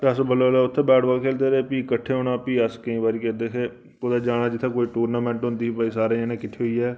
अस बल्लें बल्लें उत्थै बैट बाल खेढदे भी अस केईं बारी केह् करदे हे कुदै जाना जित्थै कोई टूर्नामैंट होंदी ही सारें जनें किट्ठे होइयै